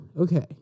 okay